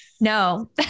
No